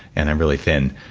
and i'm really thin.